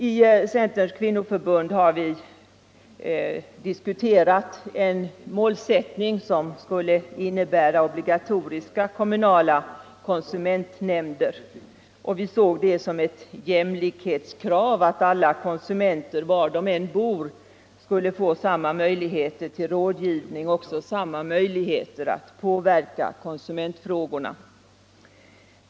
I Centerns kvinnoförbund har vi diskuterat en målsättning som skulle innebära obligatoriska kommunala konsumentnämnder. Vi såg det som ett jämlikhetskrav att alla konsumenter, var de än bor, skulle få samma möjligheter till rådgivning och samma möjligheter att påverka konsumentfrågorna.